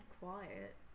quiet